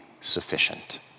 sufficient